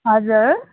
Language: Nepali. हजुर